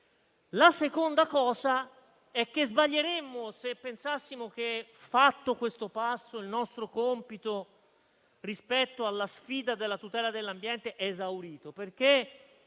La seconda cosa è che sbaglieremmo se pensassimo che, fatto questo passo, il nostro compito rispetto alla sfida della tutela dell'ambiente sia esaurito,